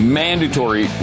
mandatory